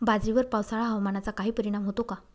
बाजरीवर पावसाळा हवामानाचा काही परिणाम होतो का?